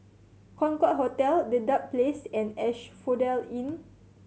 Concorde Hotel Dedap Place and Asphodel Inn